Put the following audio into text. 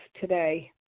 today